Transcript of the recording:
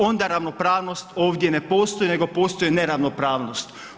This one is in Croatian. Onda ravnopravnost ovdje ne postoji, nego postoji neravnopravnost.